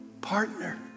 Partner